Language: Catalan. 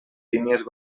línies